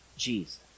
jesus